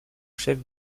chef